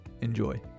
Enjoy